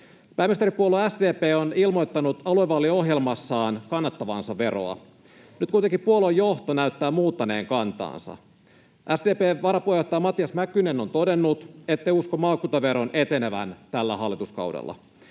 Pääministeripuolue SDP on ilmoittanut aluevaaliohjelmassaan kannattavansa veroa. Nyt kuitenkin puolueen johto näyttää muuttaneen kantaansa. SDP:n varapuheenjohtaja Matias Mäkynen on todennut, ettei usko maakuntaveron etenevän tällä hallituskaudella.